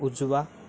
उजवा